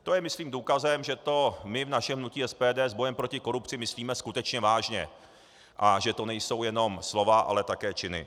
To je myslím důkazem, že to my v našem hnutí SPD s bojem proti korupci myslíme skutečně vážně a že to nejsou jenom slova, ale také činy.